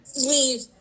Leave